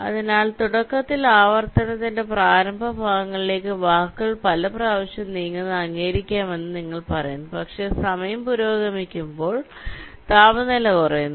അതിനാൽ തുടക്കത്തിൽ ആവർത്തനത്തിന്റെ പ്രാരംഭ ഭാഗങ്ങളിലേക്ക് വാക്കുകൾ പല പ്രാവശ്യം നീങ്ങുന്നത് അംഗീകരിക്കാമെന്ന് നിങ്ങൾ പറയുന്നു പക്ഷേ സമയം പുരോഗമിക്കുമ്പോൾ താപനില കുറയുന്നു